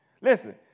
Listen